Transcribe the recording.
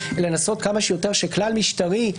אלא לנסות כמה שיותר שכלל משטרי,